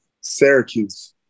Syracuse